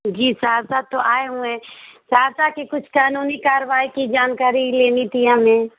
جی سہرسہ تو آئے ہوئے ہیں سہرسہ کی کچھ کانونی کاروائی کی جانکاری لینی تھی ہمیں